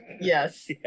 Yes